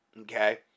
Okay